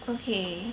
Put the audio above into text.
okay